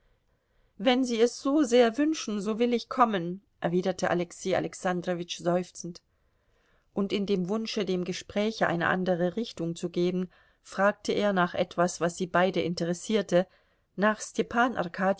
wenn sie es so sehr wünschen so will ich kommen erwiderte alexei alexandrowitsch seufzend und in dem wunsche dem gespräche eine andere richtung zu geben fragte er nach etwas was sie beide interessierte nach stepan